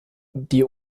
die